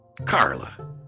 Carla